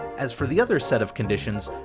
as for the other set of conditions,